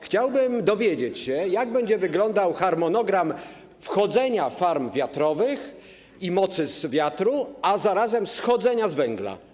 Chciałbym się dowiedzieć, jak będzie wyglądał harmonogram wchodzenia farm wiatrowych i mocy z wiatru, a zarazem schodzenia z węgla.